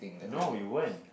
no you won't